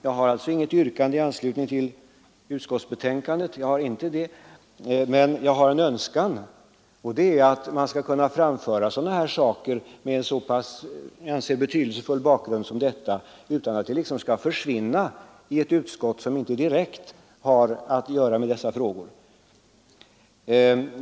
Jag har inget yrkande i anslutning till utskottsbetänkandet, men jag har en önskan, och den är att man skall kunna framföra sådana här synpunkter med en så betydelsefull bakgrund som denna utan att de skall försvinna i ett utskott som inte direkt har att göra med sådana frågor.